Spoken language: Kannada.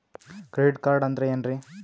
ಕ್ರೆಡಿಟ್ ಕಾರ್ಡ್ ಅಂದ್ರ ಏನ್ರೀ?